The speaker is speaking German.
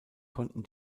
konnten